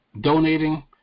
donating